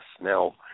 Now